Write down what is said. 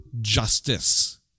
justice